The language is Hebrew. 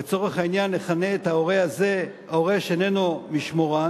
לצורך העניין נכנה את ההורה הזה "ההורה שאיננו משמורן".